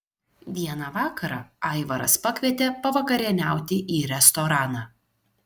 vieną vakarą aivaras pakvietė pavakarieniauti į restoraną